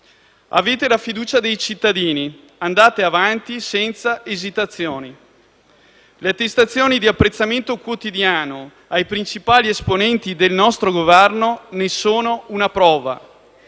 Avete la fiducia dei cittadini, andate avanti senza esitazioni. Le attestazioni di apprezzamento quotidiano ai principali esponenti del nostro Governo ne sono una prova.